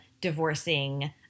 divorcing